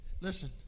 Listen